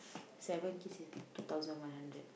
seven kiss it's two thousand one hundred